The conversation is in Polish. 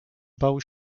bał